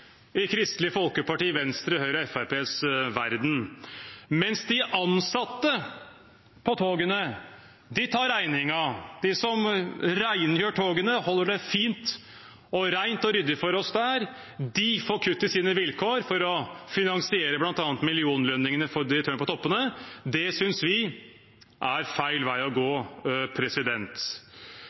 i Kristelig Folkepartis, Venstres, Høyres og Fremskrittspartiets verden – mens de ansatte på togene tar regningen. De som rengjør togene, holder det fint og rent og ryddig for oss der, får kutt i sine vilkår for å finansiere bl.a. millionlønningene for direktørene på toppen. Det synes vi er feil vei å gå.